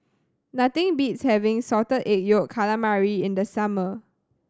nothing beats having Salted Egg Yolk Calamari in the summer